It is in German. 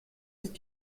ist